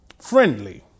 friendly